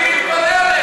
אני מתפלא עליך.